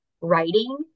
writing